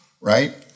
right